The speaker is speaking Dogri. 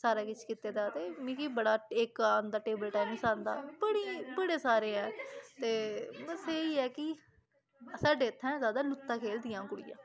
सारा किश कीते दा ते मिगी बड़ा इक आंदा टेबल टैनिस आंदा बड़ी बड़े सारे ऐ ते बस एह् ही ऐ कि साड्डे इत्थैं ज्यादा लुत्ता खेलदियां कुड़ियां